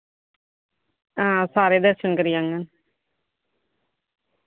आं सारे दर्शन करी लैङन